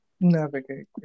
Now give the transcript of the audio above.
navigate